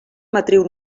matriu